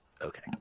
Okay